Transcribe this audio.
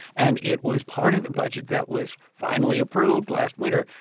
and it was part of the budget that was finally approved last winter.